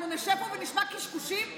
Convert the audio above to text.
אנחנו נשב פה ונשמע קשקושים בפרלמנט?